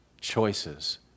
choices